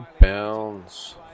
Bounds